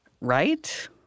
right